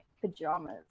pajamas